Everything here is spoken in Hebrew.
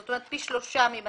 זאת אומרת, פי שלושה מ-226,000.